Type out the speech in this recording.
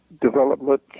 development